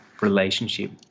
relationship